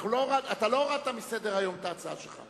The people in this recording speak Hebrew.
אתה לא הורדת מסדר-היום את ההצעה שלך.